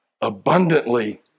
abundantly